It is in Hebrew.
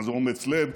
מה זה אומץ לב,